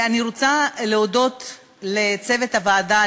אני רוצה להודות לצוות הוועדה,